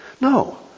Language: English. no